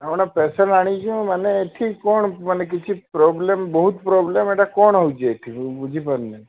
ଆଉ ଗୋଟେ ପେସେଣ୍ଟ ଆଣିଛୁ ମାନେ ଏଠି କ'ଣ ମାନେ କିଛି ପ୍ରୋବ୍ଲେମ୍ ବହୁତ ପ୍ରୋବ୍ଲେମ୍ ଏଟା କ'ଣ ହେଉଛି ଏଠି ମୁଁ ବୁଝିପାରୁନାହିଁ